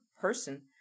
person